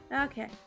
Okay